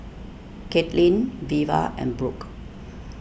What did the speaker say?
Katlyn Veva and Brook